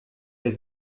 der